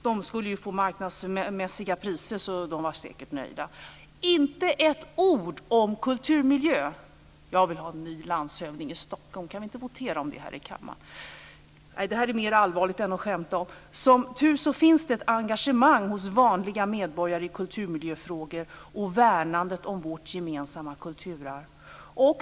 De skulle ju få marknadsmässiga priser, så de var säkert nöjda. Inte ett ord sades om kulturmiljö. Jag vill ha en ny landshövding i Stockholm. Kan vi inte votera om det här i kammaren? Nej, det här är för allvarligt för att skämta om. Som tur är finns det ett engagemang hos vanliga medborgare i kulturmiljöfrågor och när det gäller värnandet om vårt gemensamma kulturarv.